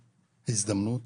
הזדמנות,